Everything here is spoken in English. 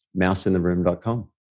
Mouseintheroom.com